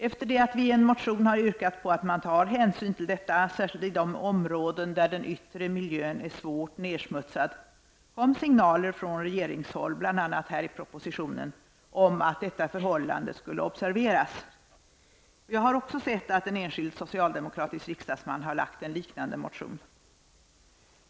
Efter det att vi i en motion har yrkat på att man skall ta hänsyn till detta, särskilt i de områden där den yttre miljön är svårt nedsmutsad, kom signaler från regeringshåll bl.a. i propositionen, om att detta förhållande skulle observeras. Jag har också sett att en enskild socialdemokratisk riksdagsman har väckt en liknande motion.